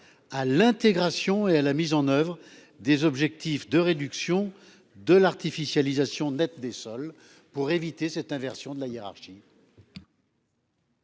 À l'intégration et à la mise en oeuvre des objectifs de réduction de l'artificialisation nette des sols pour éviter cette inversion de la hiérarchie.